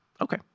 Okay